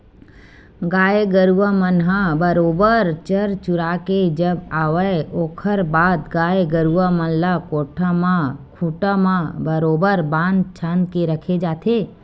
गाय गरुवा मन ह बरोबर चर चुरा के जब आवय ओखर बाद गाय गरुवा मन ल कोठा म खूंटा म बरोबर बांध छांद के रखे जाथे